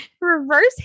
reverse